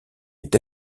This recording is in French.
est